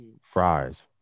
fries